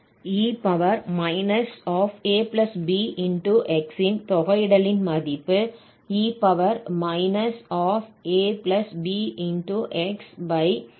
e abxன் தொகையிடலின் மதிப்பு e abxab ஐக் கொடுக்கும்